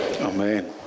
Amen